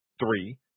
Three